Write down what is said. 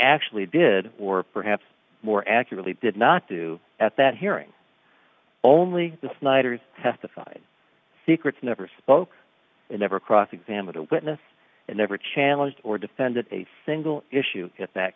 actually did or perhaps more accurately did not do at that hearing only the snyders testified secrets never spoke never cross examined a witness and never challenged or defended a single issue at that